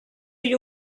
agli